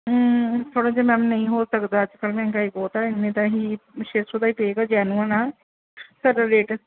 ਥੋੜ੍ਹਾ ਜਿਹਾ ਮੈਮ ਨਹੀਂ ਹੋ ਸਕਦਾ ਅੱਜ ਕੱਲ੍ਹ ਮਹਿੰਗਾਈ ਬਹੁਤ ਆ ਇੰਨੇ ਦਾ ਹੀ ਛੇ ਸੌ ਦਾ ਹੀ ਪਏਗਾ ਜੈਨੂਅਨ ਆ ਸਾਡਾ ਰੇਟ